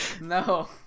no